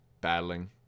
battling